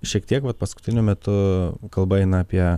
šiek tiek vat paskutiniu metu kalba eina apie